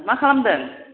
मा खालामदों